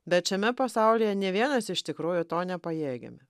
bet šiame pasaulyje ne vienas iš tikrųjų to nepajėgiame